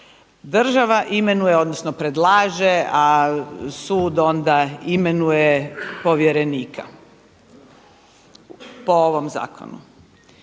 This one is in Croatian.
Država imenuje odnosno predlaže, a sud onda imenuje povjerenika, po ovom zakonu.